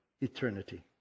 eternity